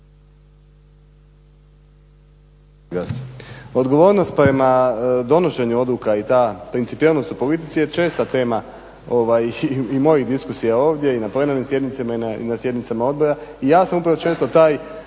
Odgovornost prema donošenju odluka i ta principijelnost u politici je česta tema i mojih diskusija ovdje i na plenarnoj sjednici i na sjednicama odbora.